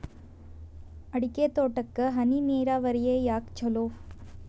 ಅಡಿಕೆ ತೋಟಕ್ಕ ಹನಿ ನೇರಾವರಿಯೇ ಯಾಕ ಛಲೋ?